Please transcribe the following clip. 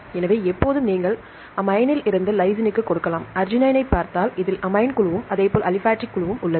எனவே எப்போதும் நீங்கள் அமைன் ல் இருந்து லைசினுக்கு கொடுக்கலாம் அர்ஜினைன் பார்த்தால் குழுவும் உள்ளது